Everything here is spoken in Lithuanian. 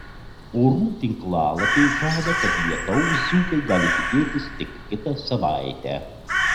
orų tinklalapiai žada kad lietaus dzūkai gali tikėtis tik kitą savaitę